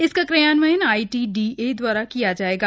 इसका क्रियान्वयन I T D A द्वारा किया जाएगा